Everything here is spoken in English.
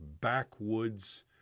backwoods